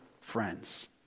friends